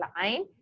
line